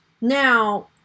Now